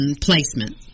placement